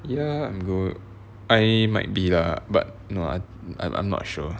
ya I'm go I might be lah but no I I I'm not sure